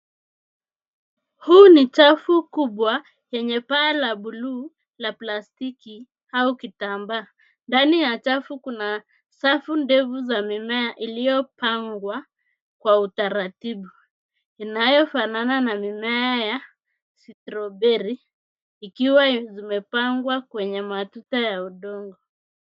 Huu ni chafu kubwa lenye paa la buluu la plastiki au kitambaa. Ndani ya chafu kuna safu ndefu za mimea iliyopangwa kwa utaratibu inayofanana na mimea ya strawberry ikiwa imepangwa kwenye matuta ya udongo.